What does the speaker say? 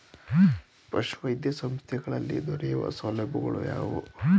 ಪಶುವೈದ್ಯ ಸಂಸ್ಥೆಗಳಲ್ಲಿ ದೊರೆಯುವ ಸೌಲಭ್ಯಗಳು ಯಾವುವು?